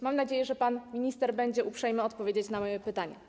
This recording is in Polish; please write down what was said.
Mam nadzieję, że pan minister będzie uprzejmy odpowiedzieć na moje pytanie.